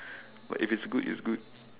but if it's good it's good